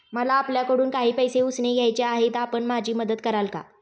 मला आपल्याकडून काही पैसे उसने घ्यायचे आहेत, आपण माझी मदत कराल का?